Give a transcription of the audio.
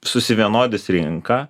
susivienodys rinka